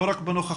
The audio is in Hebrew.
לא רק בנוכחות,